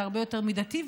זה הרבה יותר מידתי,